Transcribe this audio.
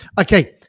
Okay